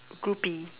groupie